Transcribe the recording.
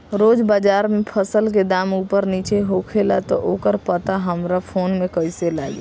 रोज़ बाज़ार मे फसल के दाम ऊपर नीचे होखेला त ओकर पता हमरा फोन मे कैसे लागी?